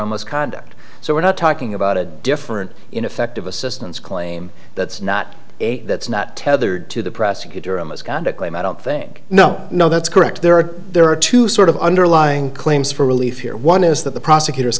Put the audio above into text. misconduct so we're not talking about a different ineffective assistance claim that's not that's not tethered to the prosecutor in misconduct i don't think no no that's correct there are there are two sort of underlying claims for relief here one is that the prosecutor